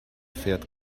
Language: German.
fährt